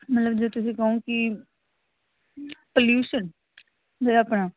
ਮਤਲਬ ਜੇ ਤੁਸੀਂ ਕਹੋ ਕਿ ਪਲਿਊਸ਼ਨ ਜਿਹੜਾ ਆਪਣਾ